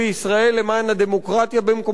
למען הדמוקרטיה במקומות עבודה,